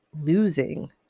losing